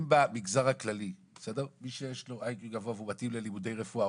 אם במגזר הכללי מי שיש לו IQ גבוה והוא מתאים ללימודי רפואה,